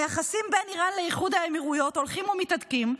היחסים בין איראן לאיחוד האמירויות הולכים ומתהדקים,